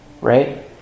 Right